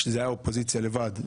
כשזו הייתה אופוזיציה לבד,